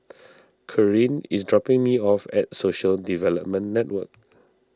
Corrine is dropping me off at Social Development Network